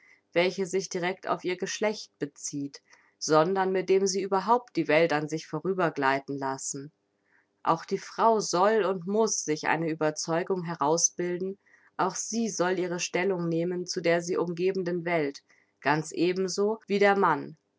welche sich direct auf ihr geschlecht bezieht sondern mit dem sie überhaupt die welt an sich vorüber gleiten lassen auch die frau soll und muß sich eine ueberzeugung herausbilden auch sie soll ihre stellung nehmen zu der sie umgebenden welt ganz ebenso wie der mann